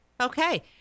Okay